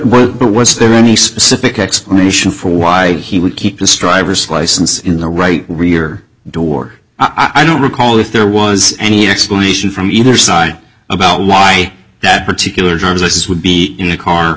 what was there any specific explanation for why he would keep the strivers license in the right rear door i don't recall if there was any explanation from either side about why that particular driver's license would be in a